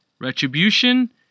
Retribution